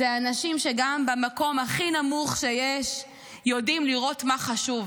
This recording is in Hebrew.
אלה אנשים שגם במקום הכי נמוך שיש יודעים לראות מה חשוב,